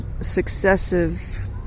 successive